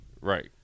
Right